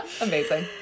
Amazing